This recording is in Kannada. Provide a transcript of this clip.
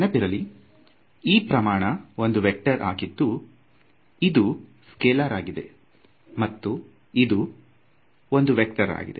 ನೆನಪಿರಲಿ ಈ ಪ್ರಮಾಣ ಒಂದು ವೇಕ್ಟರ್ ಆಗಿದ್ದು ಇದು ಸ್ಕೆಲಾರ್ ಆಗಿದೆ ಮತ್ತು ಇದು ಒಂದು ವೇಕ್ಟರ್ ಆಗಿದೆ